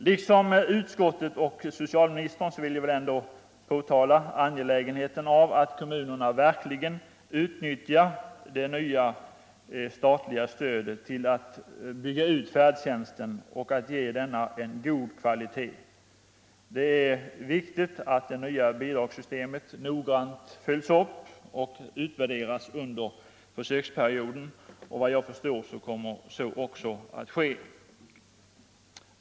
Liksom utskottet och socialministern vill jag ändå påtala angelägenheten av att kommunerna verkligen utnyttjar det nya statliga stödet till att bygga ut färdtjänsten och ge denna en god kvalitet. Det är viktigt att det nya bidragssystemet noggrant följs upp och utvärderas under försöksperioden. Efter vad jag kan förstå kommer så också att ske.